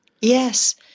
Yes